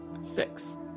six